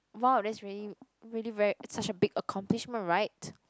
wow that's really really very such a big accomplishment right